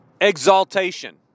exaltation